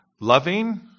loving